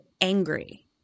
angry